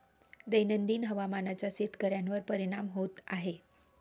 दैनंदिन हवामानाचा शेतकऱ्यांवर परिणाम होत आहे